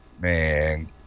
Man